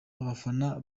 abafana